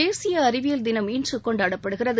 தேசிய அறிவியல் தினம் இன்று கொண்டாடப்படுகிறது